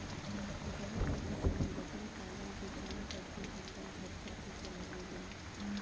गांव के किसान बकरी पालन के काम करके आपन खर्चा के चलावे लेन